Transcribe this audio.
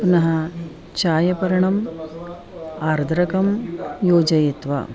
पुनः चायपर्णम् आर्द्रकं योजयित्वा